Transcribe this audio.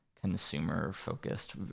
consumer-focused